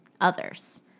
others